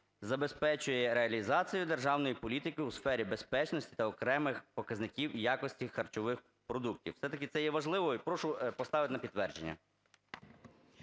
забезпечує реалізацію державної політики у сфері безпечності та окремих показників якості харчових продуктів". Все-таки це є важливо. І прошу поставити на підтвердження.